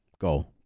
go